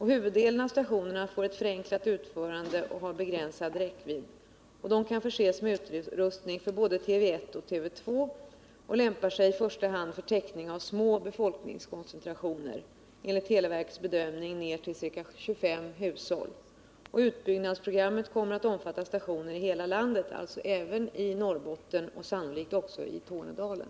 Huvuddelen av stationerna får ett förenklat utförande och har begränsad räckvidd. De kan förses med utrustning för både TV 1 och TV 2 och lämpar sig i första hand för täckning av små befolkningskoncentrationer, enligt televerkets bedömning ned till ca 25 hushåll. Utbyggnadsprogrammet kommer att omfatta stationer i hela landet, alltså även i Norrbotten och sannolikt också i Tornedalen.